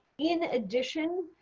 in addition,